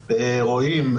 רואים,